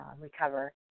recover